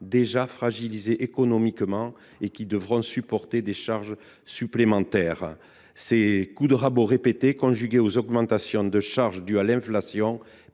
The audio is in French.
déjà fragilisés économiquement et appelés à supporter des charges supplémentaires. Ces coups de rabot répétés, conjugués aux augmentations de charges dues à l’inflation,